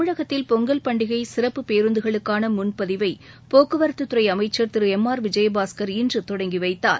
தமிழகத்தில் பொங்கல் பண்டிகை சிறப்பு பேருந்துகளுக்கான முன்பதிவை போக்குவரத்துத்துறை அமைச்சர் திரு எம் ஆர் விஜயபாஸ்கர் இன்று தொடங்கிவைத்தார்